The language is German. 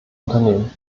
unternehmen